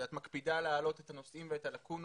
שאת מקפידה להעלות את הנושאים ואת הלאקונות,